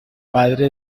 padre